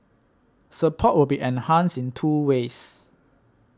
support will be enhanced in two ways